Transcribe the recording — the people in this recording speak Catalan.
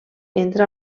entra